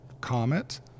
Comet